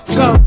go